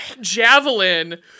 javelin